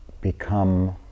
become